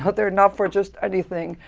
but they're not for just anything.